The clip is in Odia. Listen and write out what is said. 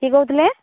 କିଏ କହୁଥିଲେ